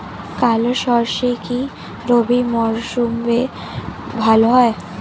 কালো সরষে কি রবি মরশুমে ভালো হয়?